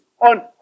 on